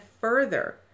further